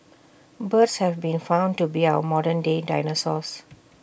birds have been found to be our modern day dinosaurs